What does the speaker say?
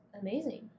amazing